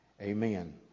Amen